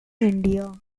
indiana